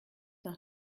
nach